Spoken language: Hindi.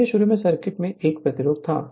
जब यह शुरू में सर्किट में 1 प्रतिरोध था